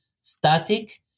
static